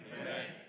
Amen